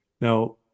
Now